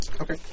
Okay